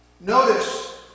Notice